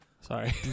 Sorry